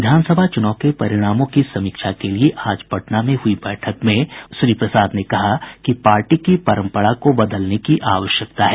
विधानसभा चुनाव के परिणामों की समीक्षा के लिए आज पटना में हुई बैठक में श्री प्रसाद ने कहा कि पार्टी की परम्परा को बदलने की आवश्यकता है